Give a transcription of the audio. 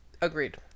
Agreed